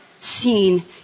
seen